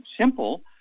simple